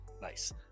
nice